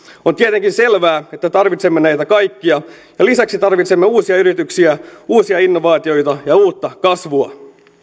on tietenkin selvää että tarvitsemme näitä kaikkia ja lisäksi tarvitsemme uusia yrityksiä uusia innovaatioita ja uutta kasvua